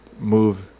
move